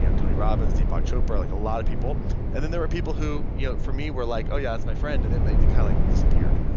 you know tony robbins, deepak chopra, like a lot of people and then there were people who you know for me were like, oh yeah, that's my friend and then they kind of like disappeared.